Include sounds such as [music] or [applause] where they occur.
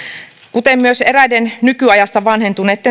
kuten myös korjaamaan eräitä nykyajasta vanhentuneita [unintelligible]